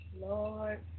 Lord